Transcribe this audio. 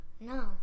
No